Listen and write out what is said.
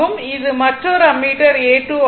இது மற்றொரு ammeter A 2 ஆகும்